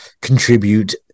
contribute